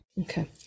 Okay